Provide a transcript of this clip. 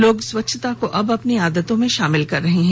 लोग स्वच्छता को अब अपनी आदतों में शामिल कर रहे हैं